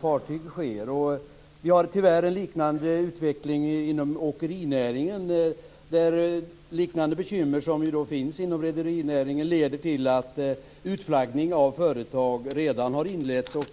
fartyg sker. Vi har tyvärr en liknande utveckling inom åkerinäringen med bekymmer liknande dem som finns inom rederinäringen och som har lett till att utflaggning av företag redan har inletts.